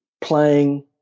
playing